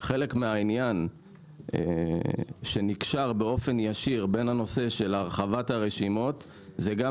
חלק מהעניין שנקשר באופן ישיר בין הנושא של הרחבת הרשימות זה גם